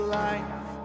life